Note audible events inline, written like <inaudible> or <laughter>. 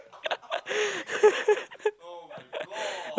<laughs>